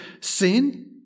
sin